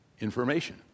information